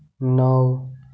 नौ